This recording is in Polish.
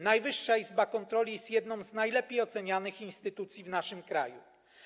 Najwyższa Izba Kontroli jest jedną z najlepiej ocenianych instytucji w naszym kraju.